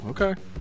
okay